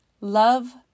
Love